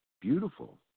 beautiful